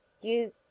You